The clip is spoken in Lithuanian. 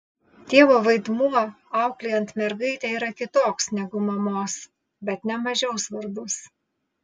tėvo vaidmuo auklėjant mergaitę yra kitoks negu mamos bet ne mažiau svarbus